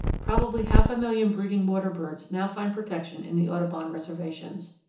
probably half a million breeding water birds now find protection in the audubon reservations.